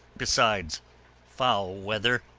besides foul weather?